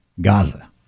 Gaza